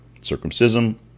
Circumcision